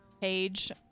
page